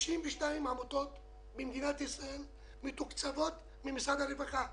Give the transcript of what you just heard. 92 עמותות במדינת ישראל מתוקצבות על ידי משרד הרווחה,